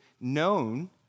known